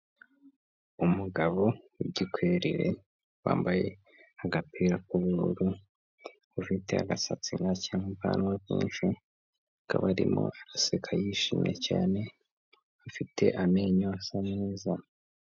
Umugabo wigikwerere wambaye agapira k'ubururu, ufite agasatsi gake n'ubwanwa bwinshi, akaba arimo aseka yishimye cyane afite amenyo asa neza.